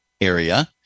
area